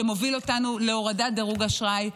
שמוביל אותנו להורדת דירוג אשראי,